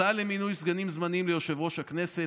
הצעה למינוי סגנים זמניים ליושב-ראש הכנסת.